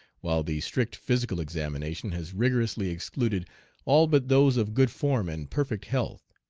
while the strict physical examination has rigorously excluded all but those of good form and perfect health.